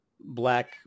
black